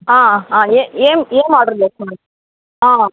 ఏం ఏం ఆర్డర్ చేస్తారు